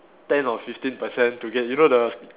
ten or fifteen percent to get you know the